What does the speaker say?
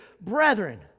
Brethren